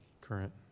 current